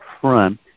front